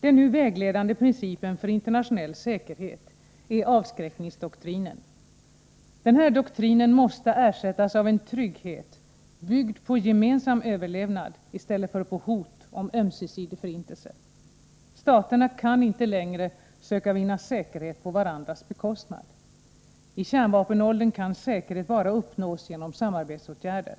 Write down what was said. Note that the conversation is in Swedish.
Den nu vägledande principen för internationell säkerhet är avskräckningsdoktrinen. Denna doktrin måste ersättas av en trygghet byggd på gemensam överlevnad i stället för på hot om ömsesidig förintelse. Staterna kan inte längre söka vinna säkerhet på varandras bekostnad. I kärnvapenåldern kan säkerhet uppnås bara genom samarbetsåtgärder.